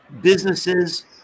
businesses